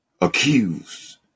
accused